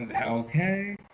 Okay